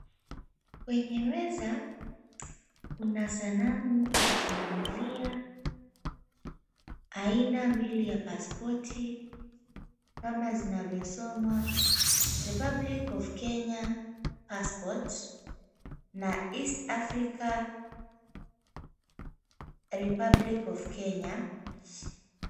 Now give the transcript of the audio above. Kwenye meza, kuna sanamu ya pundamilia, aina mbili ya paspoti, kama zinavyosomwa, Republic of Kenya Passport na, East Africa Republic of Kenya.